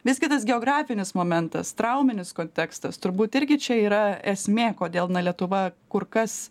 vis gi tas geografinis momentas trauminis kontekstas turbūt irgi čia yra esmė kodėl na lietuva kur kas